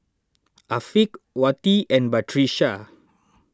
Afiq Wati and Batrisya